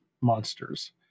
monsters